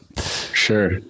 Sure